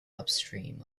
upstream